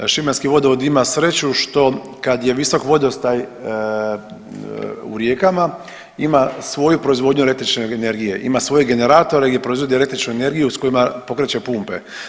Šibenski vodovod ima sreću što kad je visok vodostaj u rijekama ima svoju proizvodnju električne energije, ima svoje generatore i proizvodi električnu energiju s kojima pokreće pumpe.